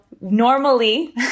normally